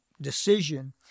decision